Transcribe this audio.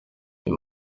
uyu